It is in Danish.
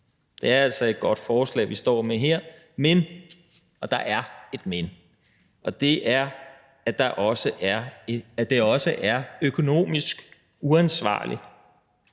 Det er altså et godt forslag, vi står med her – men der er et »men«. Og det er, at det også er økonomisk uansvarligt